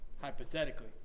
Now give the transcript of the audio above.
hypothetically